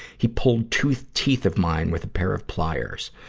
he pulled two teeth of mine with a pair of pliers.